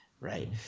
right